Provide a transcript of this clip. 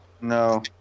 no